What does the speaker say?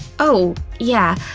oh yeah!